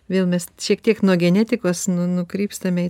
vėl mes šiek tiek nuo genetikos nu nukrypstame į